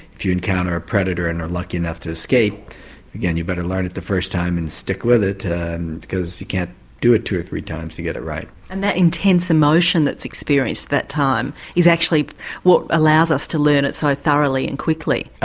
if you encounter a predator and are lucky enough to escape again you'd better learn it the first time and stick with it because you can't do it two or three times to get it right. and that intense emotion that's experienced at that time is actually what allows us to learn it so thoroughly and quickly.